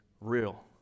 Real